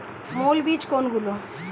মৌল বীজ কোনগুলি?